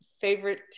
favorite